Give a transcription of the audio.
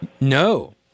No